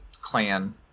Clan